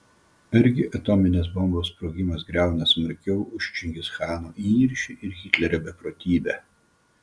argi atominės bombos sprogimas griauna smarkiau už čingischano įniršį ir hitlerio beprotybę